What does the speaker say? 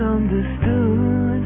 understood